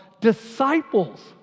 disciples